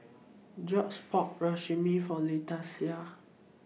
Gorge's bought Rajma For Leticia